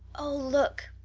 oh, look,